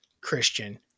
Christian